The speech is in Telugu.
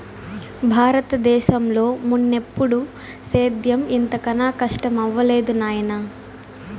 బారత దేశంలో మున్నెప్పుడూ సేద్యం ఇంత కనా కస్టమవ్వలేదు నాయనా